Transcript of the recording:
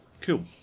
Cool